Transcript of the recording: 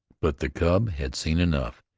but the cub had seen enough.